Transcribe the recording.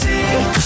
see